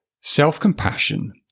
self-compassion